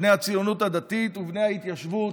בני הציונות הדתית ובני ההתיישבות,